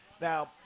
Now